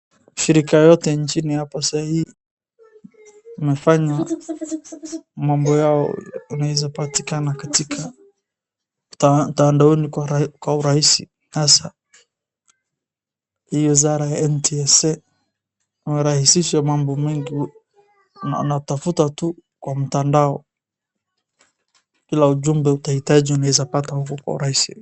Shirika yote nchini yote sai inafanya mambo yao inaweza kupatikana mtandaoni kwa urahisi kwa mfano NTSA unaweza pata ujumbe wao mtandaoni kwa urahisi.